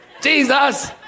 Jesus